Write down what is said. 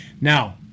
now